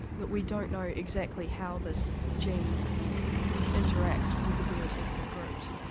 that we don't know exactly how this gene interacts with the various ethnic groups.